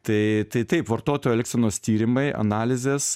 tai tai taip vartotojo elgsenos tyrimai analizės